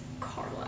Carla